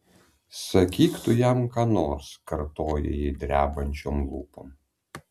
sakyk tu jam ką nors kartoja ji drebančiom lūpom